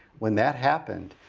when that happened,